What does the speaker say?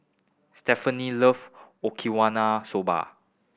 Stefani love Okiwana soba